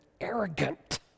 arrogant